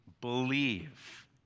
believe